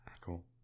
Cool